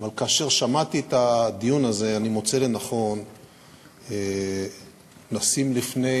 אבל לאחר ששמעתי את הדיון אני מוצא לנכון לשים לפני